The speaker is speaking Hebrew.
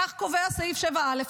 כך קובע סעיף 7(א).